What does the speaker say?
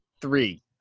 three